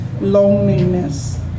loneliness